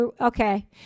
Okay